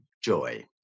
joy